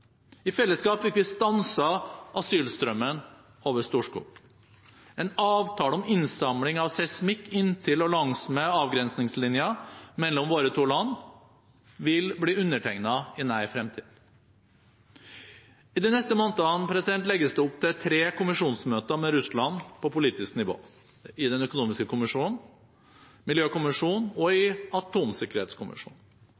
I fellesskap fikk vi stanset asylstrømmen over Storskog. En avtale om innsamling av seismikk inntil og langsmed avgrensningslinjen mellom våre to land vil bli undertegnet i nær fremtid. I de neste månedene legges det opp til tre kommisjonsmøter med Russland på politisk nivå, i den økonomiske kommisjon, miljøkommisjonen og